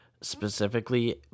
specifically